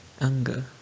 anger